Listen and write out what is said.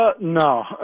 No